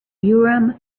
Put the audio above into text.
urim